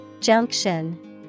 Junction